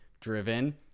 driven